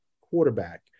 quarterback